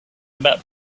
about